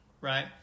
right